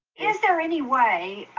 is there any way,